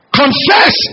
confess